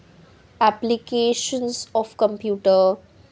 applications of computer